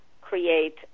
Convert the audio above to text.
create